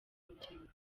rubyiruko